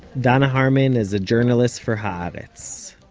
danna harman is a journalist for haaretz.